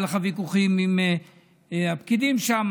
היו לך ויכוחים עם הפקידים שם,